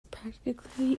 practically